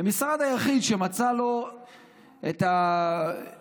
וזה המשרד היחיד שמצא לו את הזמן,